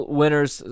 winners